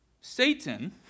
Satan